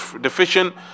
deficient